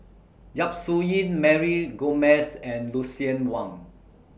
Yap Su Yin Mary Gomes and Lucien Wang